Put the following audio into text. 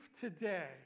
today